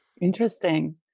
Interesting